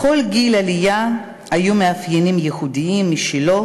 לכל גל עלייה היו מאפיינים ייחודיים משלו,